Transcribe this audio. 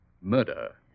murder